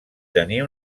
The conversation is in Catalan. tenir